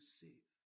safe